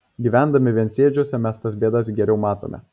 gyvendami viensėdžiuose mes tas bėdas geriau matome